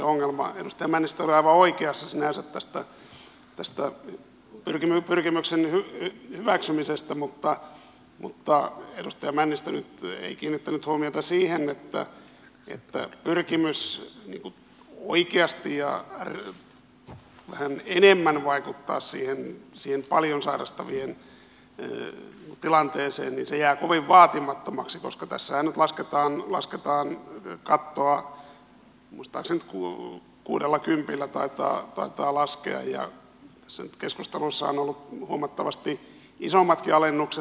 edustaja männistö oli aivan oikeassa sinänsä tästä pyrkimyksen hyväksymisestä mutta edustaja männistö nyt ei kiinnittänyt huomiota siihen että pyrkimys oikeasti ja vähän enemmän vaikuttaa siihen paljon sairastavien tilanteeseen jää kovin vaatimattomaksi koska tässähän nyt lasketaan kattoa muistaakseni kuudellakympillä taitaa laskea ja tässä nyt keskustelussa ovat olleet huomattavasti isommatkin alennukset